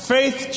Faith